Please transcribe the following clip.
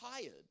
tired